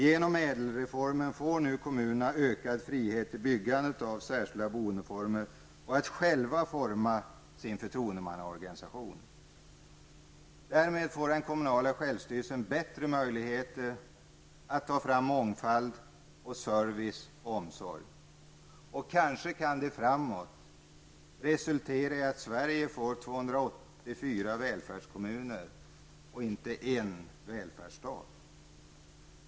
Genom ÄDEL-reformen får nu kommunerna ökad frihet i byggandet av särskilda boendeformer och i att själva forma sin förtroendemannaorganisation. Därmed får den kommunala självstyrelsen bättre möjligheter att ta fram mångfald i service och omsorg. Kanske kan de resultera i att Sverige får 284 välfärdskommuner, och inte en välfärdsstat.